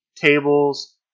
tables